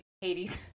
Hades